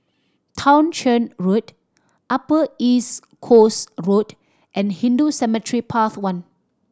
Townshend Road Upper East Coast Road and Hindu Cemetery Path One